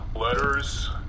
letters